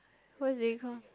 what do we call